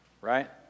Right